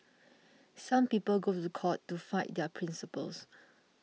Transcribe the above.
some people go to the court to fight their principles